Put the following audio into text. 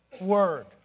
word